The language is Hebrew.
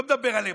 לא מדבר עליהם.